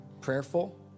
prayerful